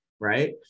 right